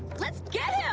let's get yeah